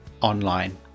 online